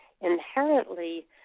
inherently